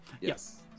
Yes